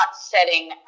setting